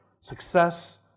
success